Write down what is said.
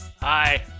Hi